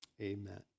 Amen